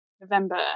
November